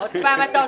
תודה.